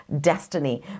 destiny